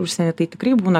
užsieny tai tikrai būna